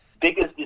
Biggest